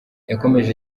yakomeje